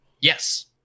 Yes